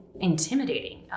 intimidating